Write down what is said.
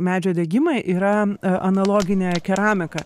medžio degimai yra analoginė keramika